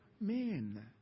men